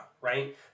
right